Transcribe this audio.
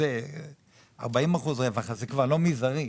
אז זה כבר לא מזערי.